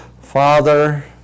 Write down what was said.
father